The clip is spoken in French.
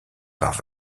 par